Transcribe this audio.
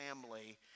family